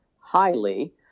highly